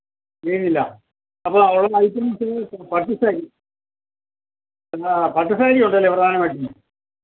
ബനിയനില്ല അപ്പം അവിടെയുള്ള ഐറ്റംസ് പട്ടു സാരി ആഹ് പട്ടു സാരിയുണ്ടല്ലേ പ്രധാനമായിട്ടും